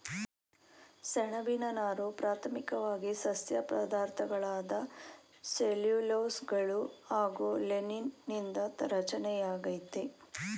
ಸೆಣ್ಬಿನ ನಾರು ಪ್ರಾಥಮಿಕ್ವಾಗಿ ಸಸ್ಯ ಪದಾರ್ಥಗಳಾದ ಸೆಲ್ಯುಲೋಸ್ಗಳು ಹಾಗು ಲಿಗ್ನೀನ್ ನಿಂದ ರಚನೆಯಾಗೈತೆ